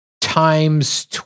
times